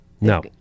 No